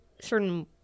certain